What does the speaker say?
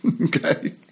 okay